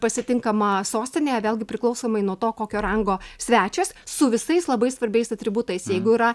pasitinkama sostinėje vėlgi priklausomai nuo to kokio rango svečias su visais labai svarbiais atributais jeigu yra